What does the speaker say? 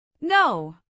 No